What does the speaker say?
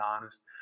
honest